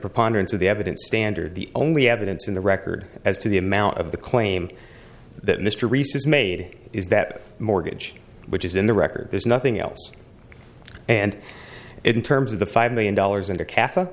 preponderance of the evidence standard the only evidence in the record as to the amount of the claim that mr aris is made is that mortgage which is in the record there's nothing else and in terms of the five million dollars into kath